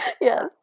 Yes